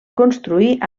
construir